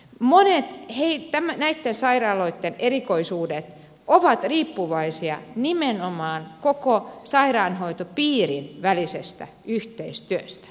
monet näitten sairaaloitten erikoisuudet ovat riippuvaisia nimenomaan koko sairaanhoitopiirin välisestä yhteistyöstä